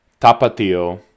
Tapatio